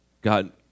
God